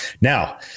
Now